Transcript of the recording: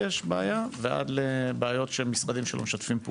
שבו העולה עוד טרם הגעתו יוכל להכניס את כל המידע.